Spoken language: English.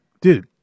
Dude